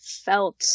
felt